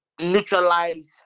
neutralize